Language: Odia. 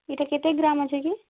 ଏଇଟା କେତେ ଗ୍ରାମ୍ ଅଛେ କି